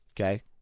okay